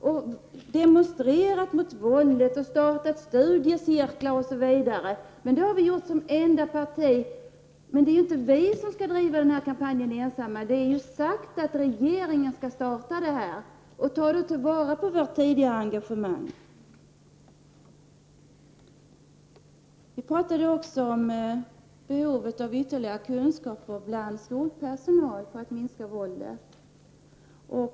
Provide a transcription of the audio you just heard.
Vi har demonstrerat mot våldet, startat studiecirklar osv. Det har vi gjort som enda parti. Men det är inte vi som skall driva denna kampanj ensamma. Det är sagt att regeringen skall starta en kampanj. Tag då vara på vårt tidiga engagemang! Vi pratade också om behovet av ytterligare kunskaper hos skolpersonal för att minska våldet.